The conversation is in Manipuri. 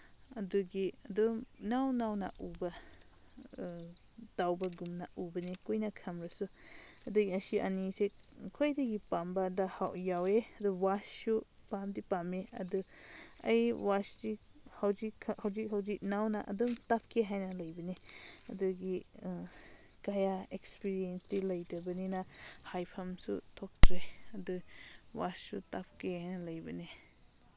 ꯑꯗꯨꯒꯤ ꯑꯗꯨꯝ ꯑꯅꯧ ꯅꯧꯅ ꯎꯕ ꯇꯧꯕꯒꯨꯝꯅ ꯎꯕꯅꯤ ꯀꯨꯏꯅ ꯊꯝꯃꯁꯨ ꯑꯗꯨꯒꯤ ꯑꯁꯤ ꯑꯅꯤꯁꯦ ꯈ꯭ꯋꯥꯏꯗꯒꯤ ꯄꯥꯝꯕꯗ ꯌꯥꯎꯏ ꯑꯗꯨ ꯋꯥꯁꯁꯨ ꯄꯥꯝꯗꯤ ꯄꯥꯝꯃꯦ ꯑꯗꯨ ꯑꯩ ꯋꯥꯁꯇꯤ ꯍꯧꯖꯤꯛꯈꯛ ꯍꯧꯖꯤꯛ ꯍꯧꯖꯤꯛ ꯅꯧꯅ ꯑꯗꯨꯝ ꯇꯞꯀꯦ ꯍꯥꯏꯅ ꯂꯩꯕꯅꯦ ꯑꯗꯨꯒꯤ ꯀꯌꯥ ꯑꯦꯛꯄ꯭ꯔꯤꯔꯤꯌꯦꯟꯁꯇꯤ ꯂꯩꯇꯕꯅꯤꯅ ꯍꯥꯏꯐꯝꯁꯨ ꯊꯣꯛꯇ꯭ꯔꯦ ꯑꯗꯨ ꯋꯥꯁꯁꯨ ꯇꯞꯀꯦ ꯍꯥꯏꯅ ꯂꯩꯕꯅꯤ